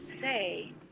say